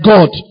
God